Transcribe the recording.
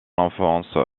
enfance